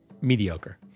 Mediocre